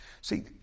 See